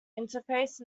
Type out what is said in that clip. interface